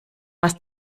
was